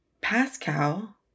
Pascal